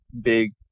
big